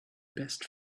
best